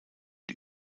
die